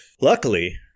luckily